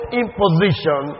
imposition